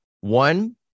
one